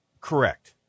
Correct